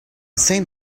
same